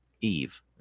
Eve